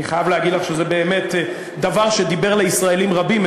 אני חייב להגיד לך שזה באמת דבר שדיבר לישראלים רבים,